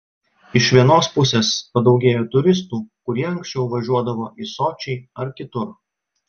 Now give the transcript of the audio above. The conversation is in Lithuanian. iš vienos pusės padaugėjo turistų kurie anksčiau važiuodavo į sočį ar kitur